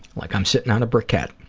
like i'm sitting on a briquette.